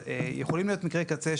יכולים להיות מקרי קצה,